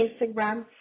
Instagram